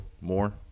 more